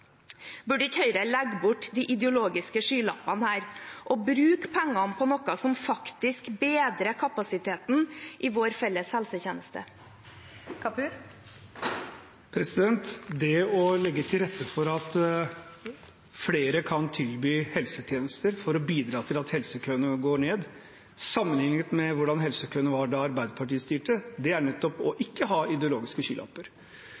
Burde ikke Høyre legge bort de ideologiske skylappene og bruke pengene på noe som faktisk bedrer kapasiteten i vår felles helsetjeneste? Det å legge til rette for at flere kan tilby helsetjenester for å bidra til at helsekøene går ned, sammenlignet med hvordan helsekøene var da Arbeiderpartiet styrte, er nettopp å ikke ha ideologiske skylapper.